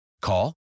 Call